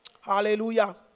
Hallelujah